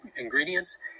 ingredients